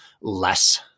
less